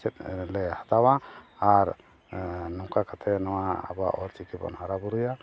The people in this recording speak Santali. ᱥᱮᱪᱮᱫᱞᱮ ᱦᱟᱛᱟᱣᱟ ᱟᱨ ᱱᱚᱝᱠᱟ ᱠᱟᱛᱮᱫ ᱱᱚᱣᱟ ᱟᱵᱚᱣᱟᱜ ᱚᱞ ᱪᱤᱠᱤ ᱵᱚᱱ ᱦᱟᱨᱟᱼᱵᱩᱨᱩᱭᱟ